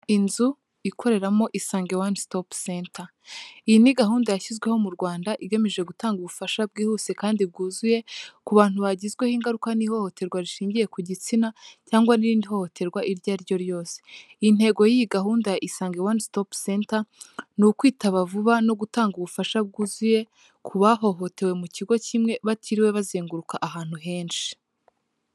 Inzu ikoreramo Isange One Stop Center. Iyi ni gahunda yashyizweho mu Rwanda, igamije gutanga ubufasha bwihuse kandi bwuzuye, ku bantu bagizweho ingaruka n'ihohoterwa rishingiye ku gitsina, cyangwa n'irindi hohoterwa iryo ari ryo ryose. Intego y'iyi gahunda ya Isange One Stop Center, ni ukwitaba vuba no gutanga ubufasha bwuzuye ku bahohotewe mu kigo kimwe, batiriwe bazenguruka ahantu henshi.